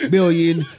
Billion